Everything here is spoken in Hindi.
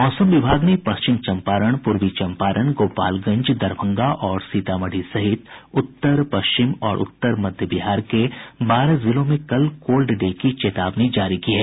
मौसम विभाग ने पश्चिम चंपारण पूर्वी चंपारण गोपालगंज दरभंगा और सीतामढ़ी सहित उत्तर पश्चिम और उत्तर मध्य बिहार के बारह जिलों में कल कोल्ड डे की चेतावनी जारी की है